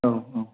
औ औ